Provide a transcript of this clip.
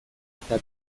eta